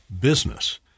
business